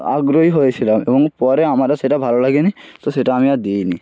আগ্রহী হয়েছিলাম এবং পরে আমার আর সেটা ভালো লাগে নি তো সেটা আমি আর দিইনি